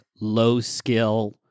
low-skill